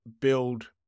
build